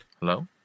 Hello